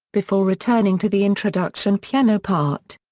before returning to the introduction piano part.